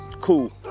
Cool